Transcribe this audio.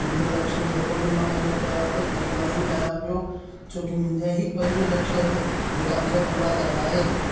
मुंहिंजो जेको बि मां महिनत कयां पियो तंहिंजे लाइ ई कयां पियो छोकी मुंहिंजा ई पंज लक्ष्य आहिनि जेका मूंखे पूरा करिणा आहिनि